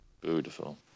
beautiful